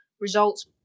results